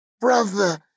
brother